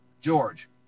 George